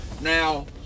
Now